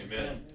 Amen